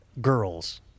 Girls